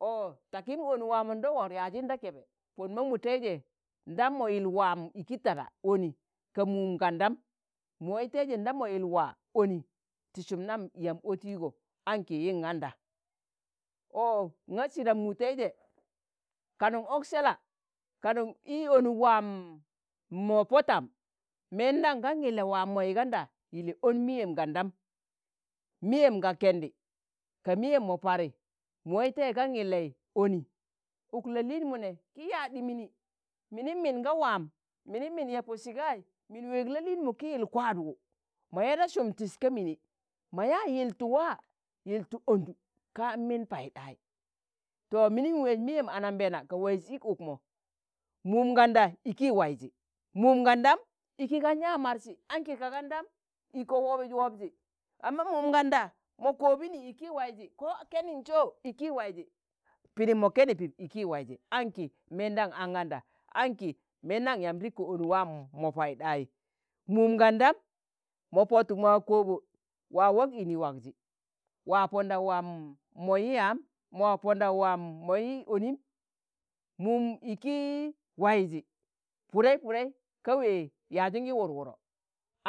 ọ takim onuk waamondogor yajin da kebe, pon ma muteije ndam mo yil waam iki tada oni, ka mum kan dam, mu wai teije ndam mo yil waa oni tisum nam yam otigo aṇki yiṇganda, ọ ng̣a sidam mutaize kanuṇ oksela, kanuṇ i onuk waam mọ Pọ tam mendam gan yile waam moi ganda yile on miyem gandam, miyem ga kendi, ka miyem mo Pari, mu wai tei gan ilei oni uk la'liin mu ne ki yadɗi mini, minim min ga waam, minim min yepudsi gai min weeg la'liinmu ki yil kwaadwu mo ya da sum tis ka mini mo ya yiltu waa yiltu ondu ka min Paiɗai, to min weej miyem ananbeena ka waiz ik ukmo mum ganda iki waizi, mum gan dam iki gan yaa marsi, aṇki ka gandam iko wọbiz wobzi amma mum ganda mọ koobini iki waizi ko kenin jo iki waizi, pidim mo keni pip iki waizi aṇki meendam ang̣anda anki meendam yamb rikko onuk waam mo paiɗai, mum gandam mọ pọtu mo wa koobo waa wag ini wagzi waa pọndau waam mo yi yaam, waa pọndau waam mọyi onim mum iki waizi pudei pudei ka wee yaziṇgi wurwụrọ